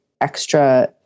extra